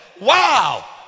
wow